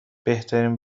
بهترین